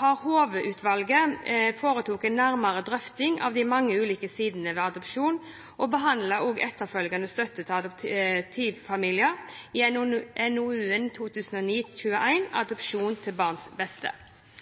har Hove-utvalget, som foretok en nærmere drøfting av de mange ulike sidene ved adopsjon, også behandlet etterfølgende støtte til adoptivfamilier i NOU 2009:21 Adopsjon – til barnets beste.